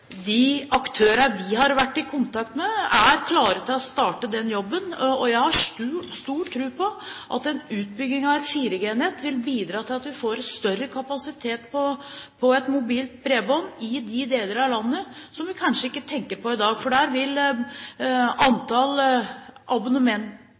de basestasjonene som er der. De aktørene vi har vært i kontakt med, er klare til å starte den jobben. Jeg har stor tro på at en utbygging av et 4G-nett vil bidra til at vi får større kapasitet på mobilt bredbånd i de deler av landet som vi kanskje ikke tenker på i dag, for der vil